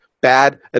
Bad